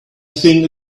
think